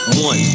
One